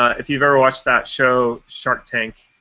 ah if you've ever watched that show shark tank